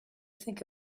think